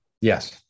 Yes